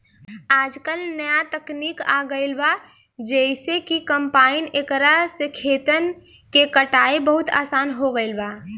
आजकल न्या तकनीक आ गईल बा जेइसे कि कंपाइन एकरा से खेतन के कटाई बहुत आसान हो गईल बा